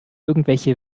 irgendwelche